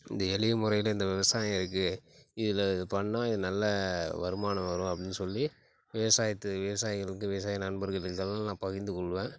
இந்த எளிய முறையில இந்த விவசாயம் இருக்குது இதில் இது பண்ணால் இது நல்ல வருமானம் வரும் அப்படின்னு சொல்லி விவசாயத்து விவசாயிங்களுக்கு விவசாய நண்பர்களுக்கெல்லாம் நான் பகிர்ந்து கொள்வேன்